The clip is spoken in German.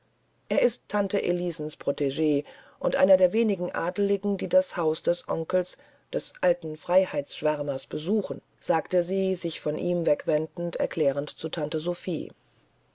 er ist tante elisens proteg und einer der wenigen adeligen die das haus des onkels des alten freiheitsschwärmers besuchen sagte sie sich von ihm wegwendend erklärend zu tante sophie